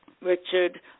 Richard